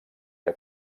que